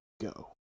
go